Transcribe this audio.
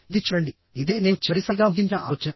ఇది చూడండి ఇదే నేను చివరిసారిగా ముగించిన ఆలోచన